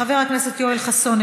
חבר הכנסת יואל חסון,